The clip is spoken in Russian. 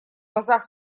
глазах